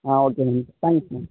ah okay ma'am thanks ma'am